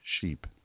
sheep